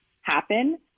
happen